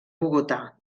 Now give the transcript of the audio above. bogotà